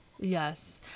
Yes